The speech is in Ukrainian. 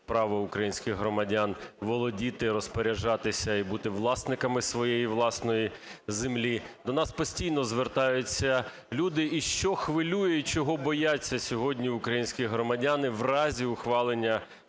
права українських громадян володіти, розпоряджатися і бути власниками своєї власної землі. До нас постійно звертаються люди. І що хвилює, і чого бояться сьогодні українські громадяни в разі ухвалення